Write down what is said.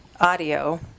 audio